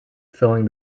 filling